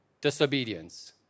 Disobedience